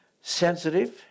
sensitive